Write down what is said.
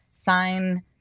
sign